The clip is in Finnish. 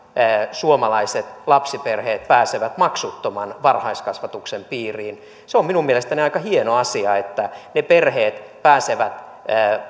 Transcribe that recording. suomalaiset lapsiperheet pääsevät maksuttoman varhaiskasvatuksen piiriin se on minun mielestäni aika hieno asia että perheet pääsevät